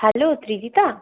hello Trihita